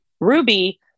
Ruby